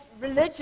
religion